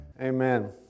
amen